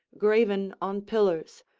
graven on pillars,